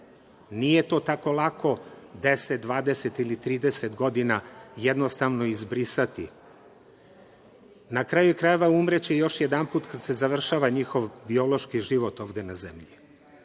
Nije to tako lako 10, 20 ili 30 godina jednostavno izbrisati. Na kraju krajeva, umreće još jedanput kada se završava njihov biološki život ovde na Zemlji. Šta